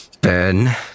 Ben